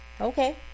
Okay